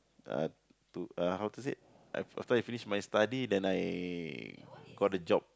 uh to uh how to say af~ after I finish my study then I got a job